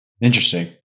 Interesting